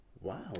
wow